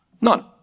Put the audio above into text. none